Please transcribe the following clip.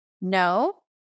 no